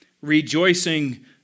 rejoicing